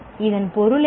இதன் பொருள் என்ன